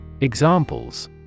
Examples